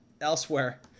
Elsewhere